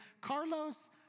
Carlos